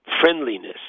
Friendliness